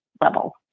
level